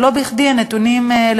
ולא בכדי הנתונים העובדתיים,